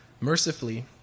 Mercifully